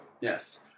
Yes